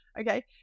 okay